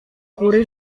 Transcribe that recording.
góry